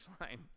line